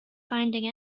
finding